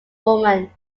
woman